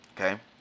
okay